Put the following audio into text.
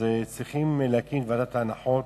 אז צריכים להקים ועדת ההנחות